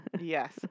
Yes